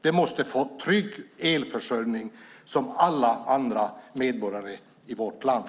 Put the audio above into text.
De måste få trygg elförsörjning som alla andra medborgare i vårt land.